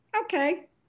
okay